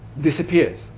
disappears